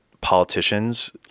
politicians